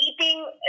eating